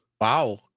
Wow